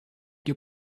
your